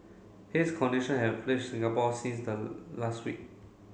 haze condition have Singapore since the last week